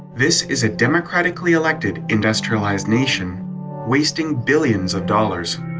this is a democratically-elected industrialized nation wasting billions of dollars.